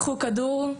קחו כדור,